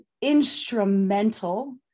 instrumental